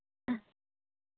ಹಾಂ